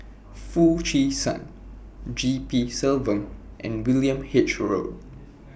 Foo Chee San G P Selvam and William H Road